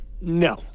No